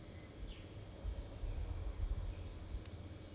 then is a recov~ 那个 recovery recurrent 是 one day thing ah